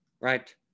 right